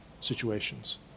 situations